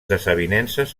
desavinences